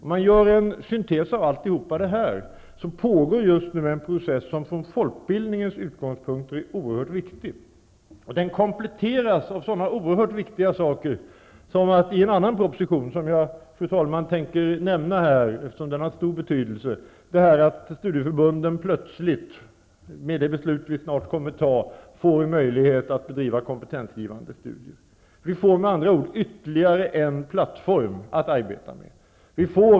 För att göra en syntes av alltihop det här, vill jag säga att det just nu pågår en process som från folkbildningens utgångspunkter är oerhört viktig. Den kompletteras av sådana oerhört viktiga saker som tas upp i en annan proposition som jag tänker nämna här, eftersom den har stor betydelse, nämligen att studieförbunden plötsligt, med det beslut vi snart kommer att fatta, får möjlighet att bedriva kompetensgivande studier. Vi får med andra ord ytterligare en plattform att arbeta med.